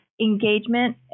engagement